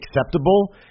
acceptable